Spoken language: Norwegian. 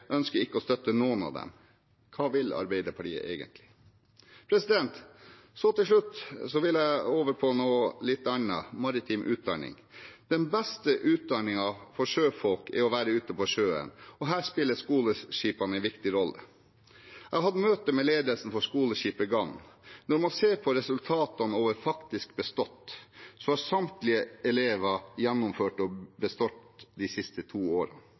ønsker ikke å støtte noen av dem. Hva vil Arbeiderpartiet egentlig? Til slutt vil jeg over til noe litt annet: maritim utdanning. Den beste utdanningen for sjøfolk er å være ute på sjøen, og her spiller skoleskipene en viktig rolle. Jeg har hatt møte med ledelsen for skoleskipet Gann. Når man ser på resultatene over faktisk bestått, så har samtlige elever gjennomført og bestått de siste to